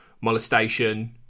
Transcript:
molestation